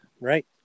right